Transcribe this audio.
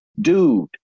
Dude